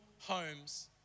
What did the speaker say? homes